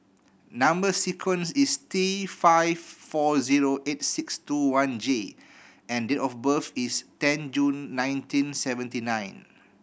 number sequence is T five four zero eight six two one J and date of birth is ten June nineteen seventy nine